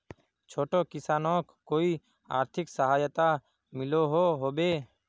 छोटो किसानोक कोई आर्थिक सहायता मिलोहो होबे?